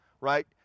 right